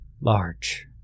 Large